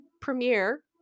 premiere